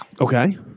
Okay